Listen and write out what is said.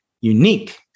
unique